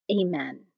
Amen